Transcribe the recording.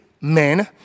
men